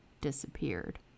disappeared